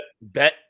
bet